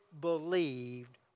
believed